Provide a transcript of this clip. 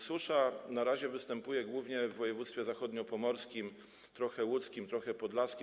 Susza na razie występuje głównie w województwie zachodniopomorskim, trochę w łódzkim, trochę w podlaskim.